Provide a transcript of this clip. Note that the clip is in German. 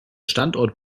standort